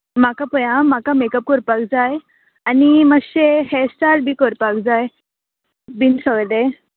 म्हाका पळय आ म्हाका मेकप करपाक जाय आनी माश्शे हॅस्टायल बी करपाक जाय